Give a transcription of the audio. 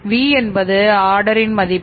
V என்பது order மதிப்பு